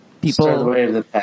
People